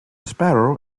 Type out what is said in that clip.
sparrow